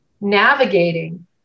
navigating